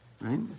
right